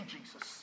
Jesus